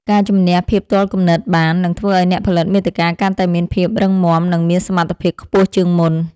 ការជម្នះភាពទាល់គំនិតបាន នឹងធ្វើឱ្យអ្នកផលិតមាតិកាកាន់តែមានភាពរឹងមាំ និងមានសមត្ថភាពខ្ពស់ជាងមុន។